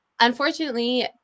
unfortunately